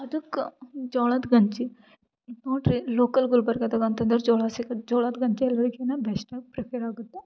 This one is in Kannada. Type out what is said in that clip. ಅದುಕ್ಕ ಜೋಳದ್ ಗಂಜಿ ನೋಡ್ರಿ ಲೋಕಲ್ ಗುಲ್ಬರ್ಗದಾಗ ಅಂತಂದ್ರೆ ಜೋಳ ಸಿಗೋದ್ ಜೋಳದ ಗಂಜಿ ಎಲ್ಲಕಿನ್ನ ಬೆಸ್ಟ್ ಆಗಿ ಪ್ರಿಪೇರ್ ಆಗುತ್ತೆ